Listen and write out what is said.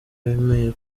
wemeye